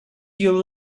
you